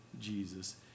Jesus